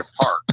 park